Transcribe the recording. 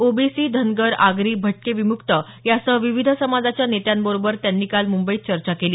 OBC Dhangar Agri भटके विमुक्त यासह विविध समाजाच्या नेत्यांबरोबर त्यांनी काल मुंबईत चर्चा केली